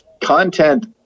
content